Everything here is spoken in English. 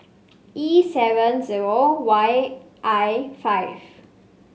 E seven zero Y I five